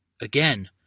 Again